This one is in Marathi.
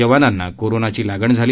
जवानांना कोरोनाची लागण झाली